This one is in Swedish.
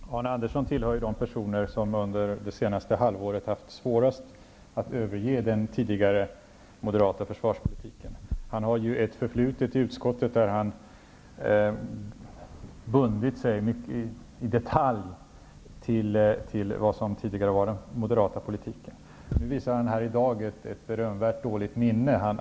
Fru talman! Arne Andersson tillhör de personer som under det senaste halvåret har haft svårast att överge den tidigare moderata försvarspolitiken. Han har ju ett förflutet i utskottet där han bundit sig mycket i detalj till vad som tidigare var den moderata politiken. Nu visar han här i dag ett berömvärt dåligt minne.